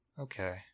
Okay